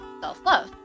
self-love